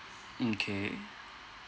mm K